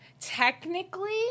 technically